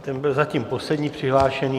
Ten byl zatím poslední přihlášený.